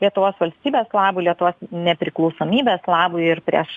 lietuvos valstybės labui lietuvos nepriklausomybės labui ir prieš